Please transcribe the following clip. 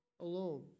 alone